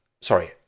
sorry